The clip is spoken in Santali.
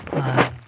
ᱟᱨ